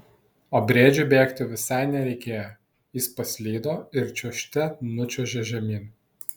o briedžiui bėgti visai nereikėjo jis paslydo ir čiuožte nučiuožė žemyn